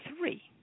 three